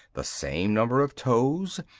the same number of toes,